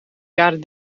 jaren